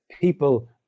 people